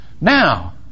Now